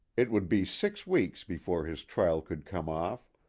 it would be six weeks before his trial could come off,